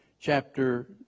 chapter